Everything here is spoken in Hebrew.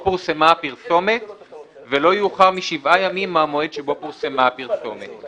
פורסמה הפרסומת ולא יאוחר משבעה ימים מהמועד שבו פורסמה הפרסומת;